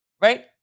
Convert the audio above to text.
Right